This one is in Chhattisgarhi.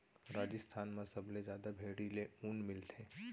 राजिस्थान म सबले जादा भेड़ी ले ऊन मिलथे